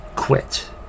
quit